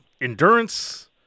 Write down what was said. endurance